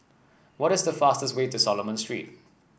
what is the fastest way to Solomon Street